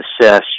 assess